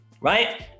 right